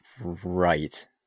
right